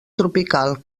tropical